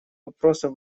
вопросов